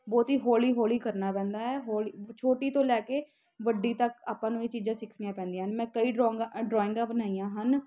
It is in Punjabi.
ਬਹੁਤ ਹੀ ਹੌਲੀ ਹੌਲੀ ਕਰਨਾ ਪੈਂਦਾ ਹੈ ਹੌਲੀ ਛੋਟੀ ਤੋਂ ਲੈ ਕੇ ਵੱਡੀ ਤੱਕ ਆਪਾਂ ਨੂੰ ਇਹ ਚੀਜ਼ਾਂ ਸਿੱਖਣੀਆਂ ਪੈਂਦੀਆਂ ਮੈਂ ਕਈ ਡਰੋਂਗਾਂ ਡਰਾਇੰਗਾਂ ਬਣਾਈਆਂ ਹਨ